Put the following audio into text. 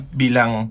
bilang